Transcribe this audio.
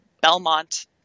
Belmont